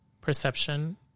perception